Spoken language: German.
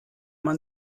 man